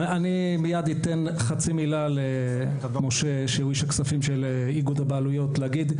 אני מיד אתן למשה שהוא איש הכספים של איגוד הבעלויות להגיד,